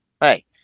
hey